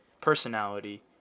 personality